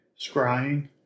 Scrying